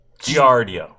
giardio